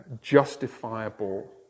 justifiable